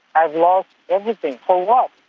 i've lost everything. for what?